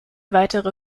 weitere